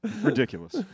Ridiculous